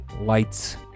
lights